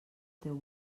teu